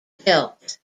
built